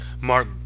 mark